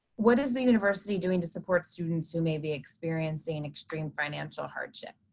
what is the university doing to support students who may be experiencing extreme financial hardship.